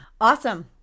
Awesome